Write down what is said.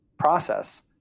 process